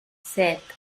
set